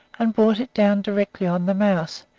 and brought it down directly on the mouse,